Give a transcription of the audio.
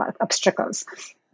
obstacles